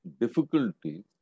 difficulty